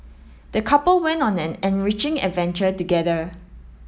the couple went on an enriching adventure together